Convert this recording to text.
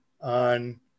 on